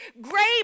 Great